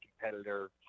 competitor